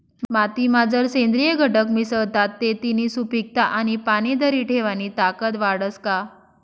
मातीमा जर सेंद्रिय घटक मिसळतात ते तिनी सुपीकता आणि पाणी धरी ठेवानी ताकद वाढस का?